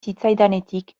zitzaidanetik